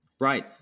Right